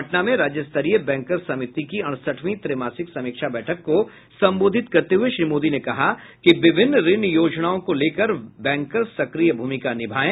पटना में राज्य स्तरीय बैंकर्स समिति की अड़सठवीं त्रैमासिक समीक्षा बैठक को संबोधित करते हुए श्री मोदी ने कहा कि विभिन्न ऋण योजनाओं को लेकर बैंकर्स सक्रिय भूमिका निभायें